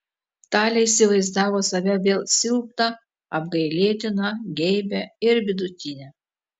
talė įsivaizdavo save vėl silpną apgailėtiną geibią ir vidutinę